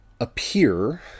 appear